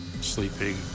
sleeping